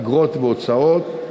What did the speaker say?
אגרות והוצאות,